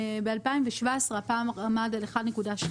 ב-2017 הפער עמד על 1.2,